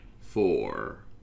four